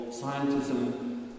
scientism